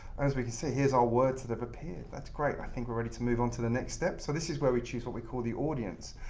as we can say, here's our words that have appeared. that's great. i think we're ready to move onto the next step. greg so this is where we choose what we call the audience.